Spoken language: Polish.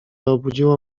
obudziło